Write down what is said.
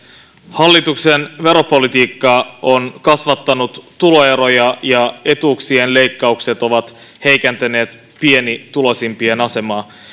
hallituksen veropolitiikka on kasvattanut tuloeroja ja etuuksien leikkaukset ovat heikentäneet pienituloisimpien asemaa